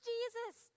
Jesus